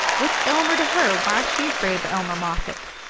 what's elmer to her? why's she afraid of elmer moffatt?